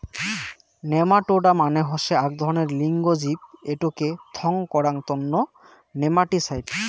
nematoda মানে হসে আক ধরণের লিঙ্গ জীব এটোকে থং করাং তন্ন নেমাটিসাইড